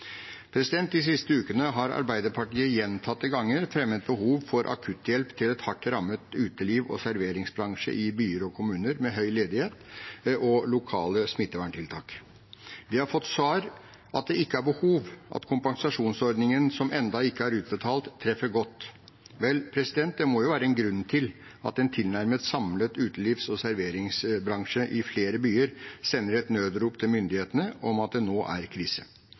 De siste ukene har Arbeiderpartiet gjentatte ganger fremmet behovet for akutthjelp til en hardt rammet utelivs- og serveringsbransje i byer og kommuner med høy ledighet og lokale smitteverntiltak. Vi har fått til svar at det ikke er behov – at kompensasjonsordningen som ennå ikke er utbetalt, treffer godt. Vel, det må være en grunn til at en tilnærmet samlet utelivs- og serveringsbransje i flere byer sender et nødrop til myndighetene om at det nå er krise.